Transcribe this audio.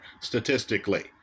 statistically